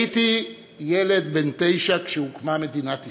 הייתי ילד בן תשע כשהוקמה מדינת ישראל.